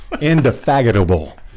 indefatigable